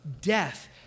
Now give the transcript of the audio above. death